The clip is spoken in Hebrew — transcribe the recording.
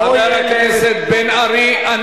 חבר הכנסת בן-ארי,